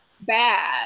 bad